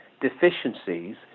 deficiencies